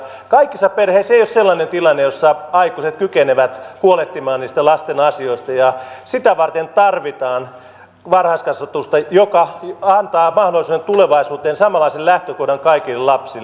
kaikissa perheissä ei ole sellainen tilanne jossa aikuiset kykenevät huolehtimaan niistä lasten asioista ja sitä varten tarvitaan varhaiskasvatusta joka antaa mahdollisuuden tulevaisuuteen samanlaisen lähtökohdan kaikille lapsille